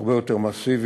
הרבה יותר מסיבי,